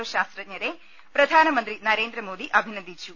O ശാസ്ത്രജ്ഞരെ പ്രധാനമന്ത്രി നരേന്ദ്രമോദി അഭിനന്ദിച്ചു